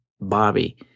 Bobby